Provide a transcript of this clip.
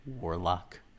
Warlock